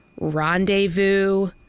Rendezvous